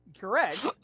correct